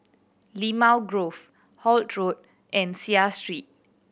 Limau Grove Holt Road and Seah Street